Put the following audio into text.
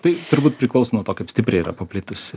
tai turbūt priklauso nuo to kaip stipriai yra paplitusi